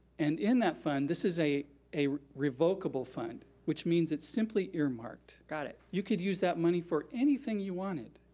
and in that fund, this is a a revocable fund, which means it's simply earmarked. got it. you could use that money for anything you wanted.